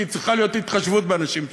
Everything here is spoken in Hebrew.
כי צריכה להיות התחשבות באנשים מסוימים,